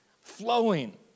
flowing